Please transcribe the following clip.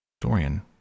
Dorian